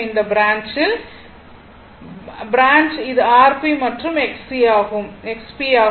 இந்த பிரான்ச்சில் இது Rp மற்றும் XP ஆகும்